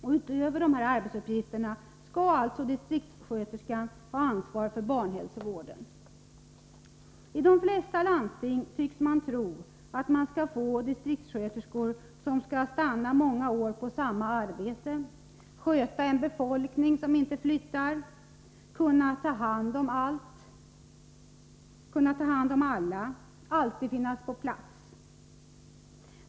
Förutom dessa arbetsuppgifter skall de ansvara för barnhälsovården. I de flesta landsting tycks man tro att man skall få distriktssköterskor som stannar många år på samma arbete, som sköter en befolkning som inte flyttar, som kan ta hand om alla, som kan allt och som alltid finns på plats.